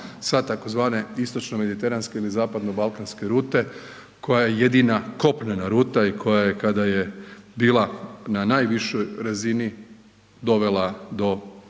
sa tzv. istočno-mediteranske ili zapadno-balkanske rute koja je jedina kopnena ruta i koja je kada je bila na najvišoj razini dovela do